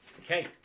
Okay